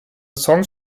songs